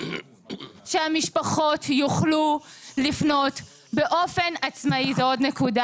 שהמשפחות יוכלו לפנות באופן עצמאי זו עוד נקודה